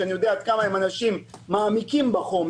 שאני יודע עד כמה הם אנשים שמעמיקים בחומר,